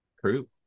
True